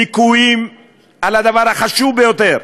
ליקויים בדבר החשוב ביותר,